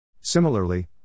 Similarly